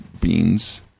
beans